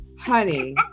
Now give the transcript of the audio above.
honey